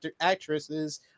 actresses